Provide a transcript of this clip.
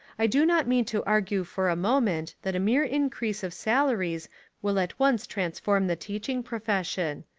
i do not mean to argue for a moment that a mere increase of salaries will at once trans form the teaching profession.